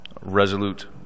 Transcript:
resolute